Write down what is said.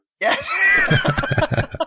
yes